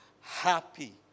happy